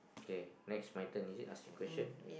okay next my turn is it ask you question